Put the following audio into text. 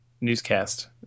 newscast